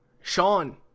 Sean